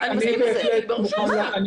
בהחלט מוכן.